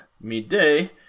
midday